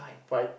fight